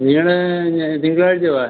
വീട് ഞാൻ തിങ്കളാഴ്ച വാ